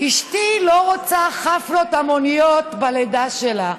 אשתי לא רוצה חפלות המוניות בלידה שלה.